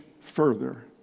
further